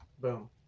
Boom